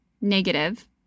negative